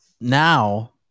now